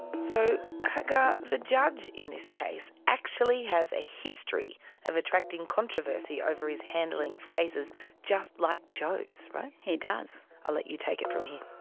so hagar, the judge in this case actually has a history of attracting controversy over his handling of cases just like joe's, right? he does. i'll let you take it from here.